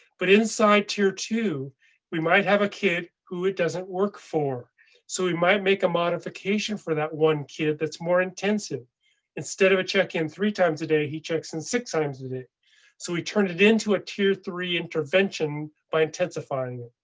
but inside tier. two we might have a kid who it doesn't work for so we might make a modification for that one kid. that's more intensive instead of a check in three times a day. he checks in six times a day so we turned it into a tier three intervention by intensifying